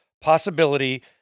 possibility